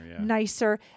nicer